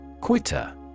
Quitter